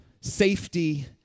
safety